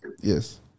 Yes